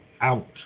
out